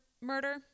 murder